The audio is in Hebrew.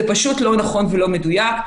זה פשוט לא נכון ולא מדויק.